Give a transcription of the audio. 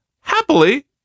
happily